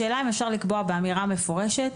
השאלה אם אפשר לקבוע באמירה מפורשת